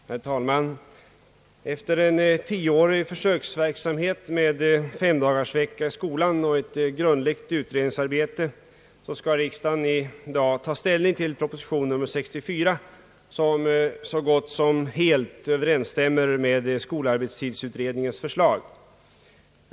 Herr talman! Efter en tioårig försöksverksamhet med femdagarsvecka i skolan och ett grundligt utredningsarbete skall riksdagen i dag ta ställning till proposition nr 64, vilken så gott som helt överensstämmer med skolarbetstidsutredningens förslag.